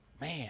Man